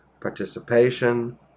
participation